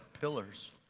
pillars